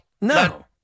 No